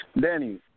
Danny